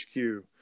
HQ